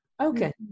okay